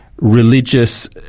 religious